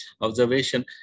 observation